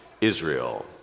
Israel